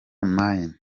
mine